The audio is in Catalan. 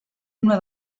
una